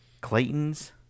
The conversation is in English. Clayton's